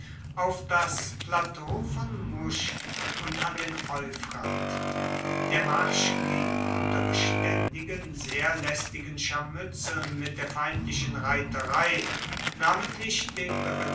auf das plateau von musch und an den euphrat der marsch ging unter beständigen sehr lästigen scharmützeln mit der feindlichen reiterei namentlich den